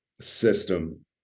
system